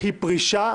היא פרישה?